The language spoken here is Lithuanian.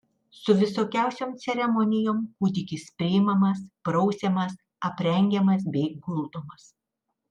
su visokiausiom ceremonijom kūdikis priimamas prausiamas aprengiamas bei guldomas